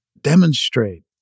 Demonstrate